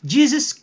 Jesus